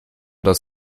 das